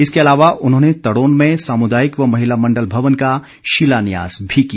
इसके अलावा उन्होंने तड़ोन में सामुदायिक व महिला मंडल भवन का शिलान्यास भी किया